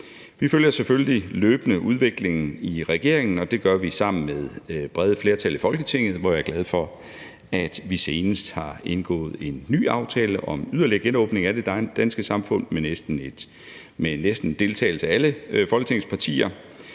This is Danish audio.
følger selvfølgelig løbende udviklingen, og det gør vi sammen med brede flertal i Folketinget, og jeg er glad for, at vi senest har indgået en ny aftale om yderligere genåbning af det danske samfund – med deltagelse af næsten alle Folketingets partier.